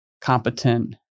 competent